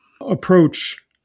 approach